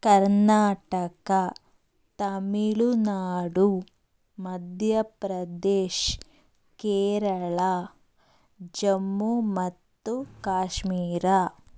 ಕರ್ನಾಟಕ ತಮಿಳ್ನಾಡು ಮಧ್ಯ ಪ್ರದೇಶ್ ಕೇರಳ ಜಮ್ಮು ಮತ್ತು ಕಾಶ್ಮೀರ